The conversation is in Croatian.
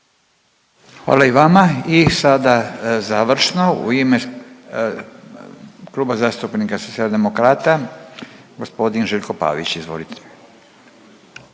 Hvala i vama. I sada završno u ime Kluba zastupnika Socijaldemokrata g. Željko Pavić. Izvolite.